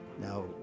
now